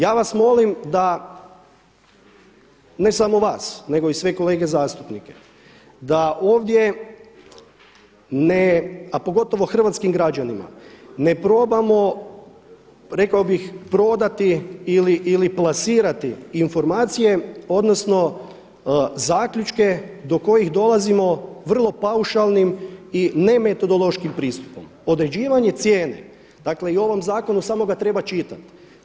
Ja vas molim da, ne samo vas nego i sve kolege zastupnike da ovdje ne, a pogotovo hrvatskim građanima ne probamo, rekao bih prodati ili plasirati informacije odnosno zaključke do kojih dolazimo vrlo paušalnim i ne metodološkim pristupom Određivanje cijene, dakle i u ovom zakonu samo ga treba čitati.